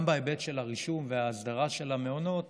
גם בהיבט של הרישום וההסדרה של המעונות